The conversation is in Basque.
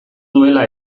duela